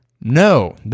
No